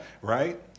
Right